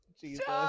Jesus